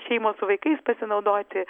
šeimos su vaikais pasinaudoti